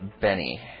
Benny